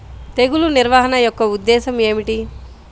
తెగులు నిర్వహణ యొక్క ఉద్దేశం ఏమిటి?